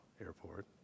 Airport